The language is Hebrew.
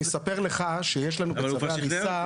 אני אספר לך שיש לנו בצווי הריסה,